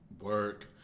Work